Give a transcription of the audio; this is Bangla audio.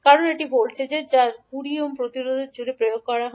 কারণ এটি ভোল্টেজ যা 20 ওহম প্রতিরোধের জুড়ে প্রয়োগ করা হয়